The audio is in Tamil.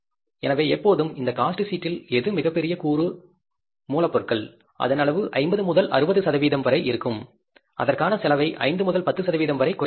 எனவே எப்போதும் இந்த காஸ்ட் சீட்டில் எது மிகப்பெரிய கூறு மூலப்பொருட்கள் அதன் அளவு 50 முதல் 60 சதவிகிதம் அதற்கான செலவை 5 முதல் 10 சதவிகிதம் வரை குறைக்க வேண்டும்